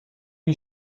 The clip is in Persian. این